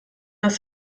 das